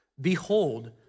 Behold